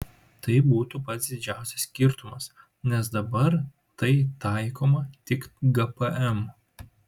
tai būtų pats didžiausias skirtumas nes dabar tai taikoma tik gpm